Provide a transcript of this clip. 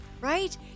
right